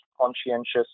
conscientious